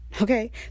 Okay